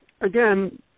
again